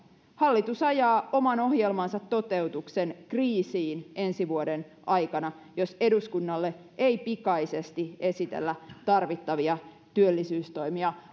hallitus ajaa oman ohjelmansa toteutuksen kriisiin ensi vuoden aikana jos eduskunnalle ei pikaisesti esitellä tarvittavia työllisyystoimia